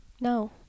no